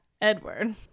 Edward